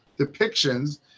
depictions